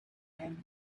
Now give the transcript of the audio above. him